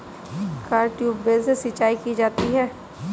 क्या ट्यूबवेल से सिंचाई की जाती है?